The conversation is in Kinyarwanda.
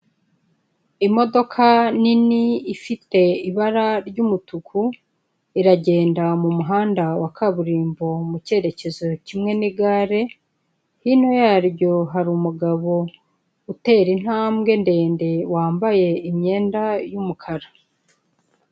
Imodoka nini ifite ibara ry'umutuku iragenda mu muhanda wa kaburimbo mu cyerekezo kimwe n'igare hino yaryo hari umugabo utera intambwe ndende wambaye imyenda y'umukara.